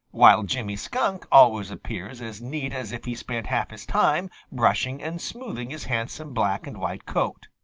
while jimmy skunk always appears as neat as if he spent half his time brushing and smoothing his handsome black and white coat.